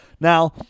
Now